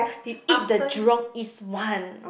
you eat the Jurong-East one